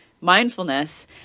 mindfulness